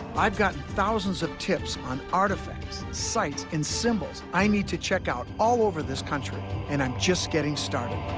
i've gotten thousands of tips on artifacts, sites, and symbols i need to check out all over this country, and i'm just getting started.